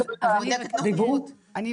תודה על הדיון.